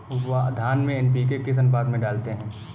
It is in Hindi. धान में एन.पी.के किस अनुपात में डालते हैं?